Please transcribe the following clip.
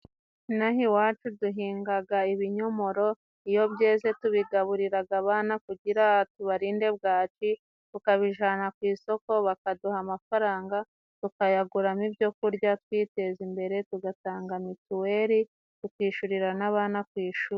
Ino aha iwacu duhingaga ibinyomoro. Iyo byeze tubigaburiraga abana kugira tubarinde bwaki. Tukabijana ku isoko, bakaduha amafaranga, tukayaguramo ibyo kurya twiteza imbere, tugatanga mituweri, tukishurira n'bana ku ishuri.